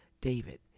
David